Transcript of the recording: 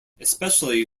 especially